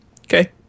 okay